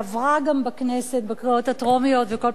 אדוני היושב-ראש, תודה